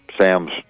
Sam's